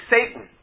Satan